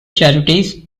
charities